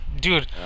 Dude